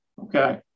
Okay